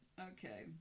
Okay